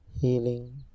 healing